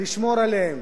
לשמור עליהם